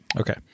Okay